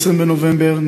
20 בנובמבר,